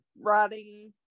writing